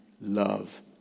love